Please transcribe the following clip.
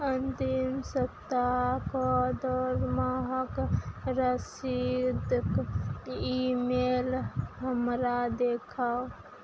अन्तिम सप्ताहके दरमाहाक रसीदके ई मेल हमरा देखाउ